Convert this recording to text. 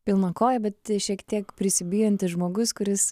pilna koja bet šiek tiek prisibijantis žmogus kuris